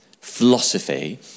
philosophy